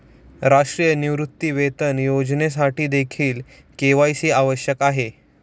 राष्ट्रीय निवृत्तीवेतन योजनेसाठीदेखील के.वाय.सी आवश्यक आहे